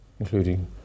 including